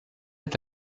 est